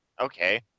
okay